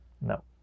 No